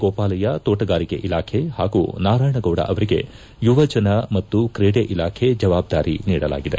ಗೋಪಾಲಯ್ಕ ಕೋಟಗಾರಿಕೆ ಇಲಾಖೆ ಹಾಗೂ ನಾರಾಯಣಗೌಡ ಅವರಿಗೆ ಯುವಜನ ಮತ್ತು ಕ್ರೀಡೆ ಇಲಾಖೆ ಜವಾಬ್ದಾರಿ ನೀಡಲಾಗಿದೆ